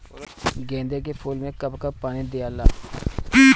गेंदे के फूल मे कब कब पानी दियाला?